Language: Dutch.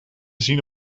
zien